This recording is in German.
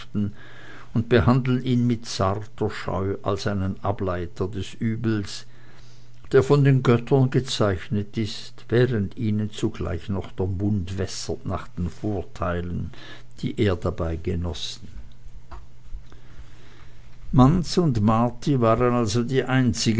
und behandeln ihn mit zarter scheu als einen ableiter des übels der von den göttern gezeichnet ist während ihnen zugleich noch der mund wässert nach den vorteilen die er dabei genossen manz und marti waren also die einzigen